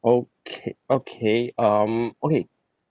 okay okay um okay